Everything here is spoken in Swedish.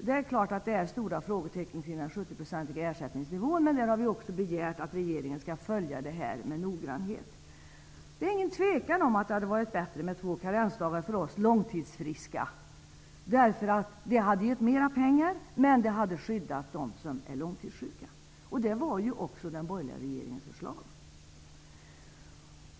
Det är klart att det finns frågetecken kring den 70-procentiga ersättningsnivån. Men där har vi också begärt att regeringen skall följa upp denna fråga noga. Det råder inget tvivel om att det hade varit bättre med två karensdagar för oss ''långtidsfriska''. Det hade gett mera pengar, men det hade skyddat dem som är långtidssjuka. Det var ju också den borgerliga regeringens förslag.